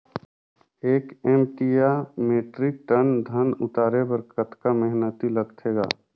एक एम.टी या metric ton धन उतारे बर कतका मेहनती लगथे ग?